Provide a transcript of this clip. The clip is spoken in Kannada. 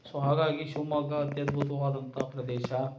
ಸೊ ಹಾಗಾಗಿ ಶಿವಮೊಗ್ಗ ಅತ್ಯದ್ಬುತವಾದಂಥ ಪ್ರದೇಶ